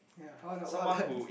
ya what about this